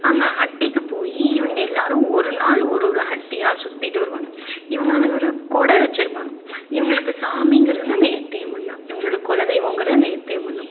அந்த ஹட்டிக்கு போய் இவங்க எல்லோரும் ஒரு நாள் ஒரு ஒரு ஹட்டியாக சுற்றிட்டு வருவாங்க இவங்கனு ஒரு கொடை வச்சுருப்பாங்க இவங்களுக்கு சாமிங்கிறது வந்து அந்த ஹெத்தை அம்மன் தான் இவங்களோடய குலத்தெய்வம்ங்கிற அந்த ஹெத்தை அம்மன் தான்